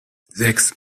sechs